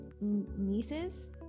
nieces